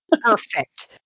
perfect